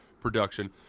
production